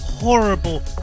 Horrible